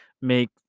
make